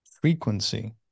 frequency